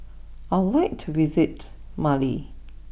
I would like to visit Male